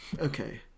okay